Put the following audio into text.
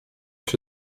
czy